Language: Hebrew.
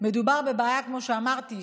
כמו שאמרתי,